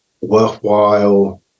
worthwhile